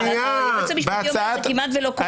היועץ המשפטי אומר שזה כמעט לא קורה.